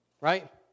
Right